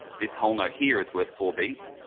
this whole note here is worth four beats,